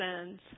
sins